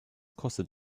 kostet